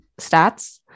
stats